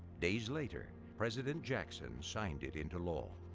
days later president jackson signed it into law.